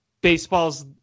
baseball's